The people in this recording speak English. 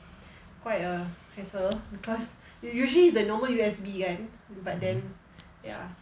quite a hassle because usually the normal U_S_B kan but then ya